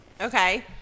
Okay